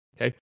Okay